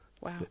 Wow